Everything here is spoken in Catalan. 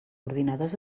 ordinadors